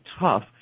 tough